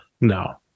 no